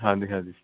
ਹਾਂਜੀ ਹਾਂਜੀ